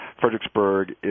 Fredericksburg